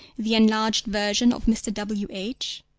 the enlarged version of mr. w. h,